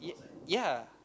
ya